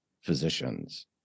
physicians